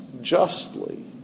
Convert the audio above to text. justly